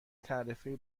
تعرفه